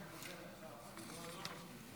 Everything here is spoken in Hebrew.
12 בעד, אין